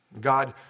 God